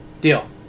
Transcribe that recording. Deal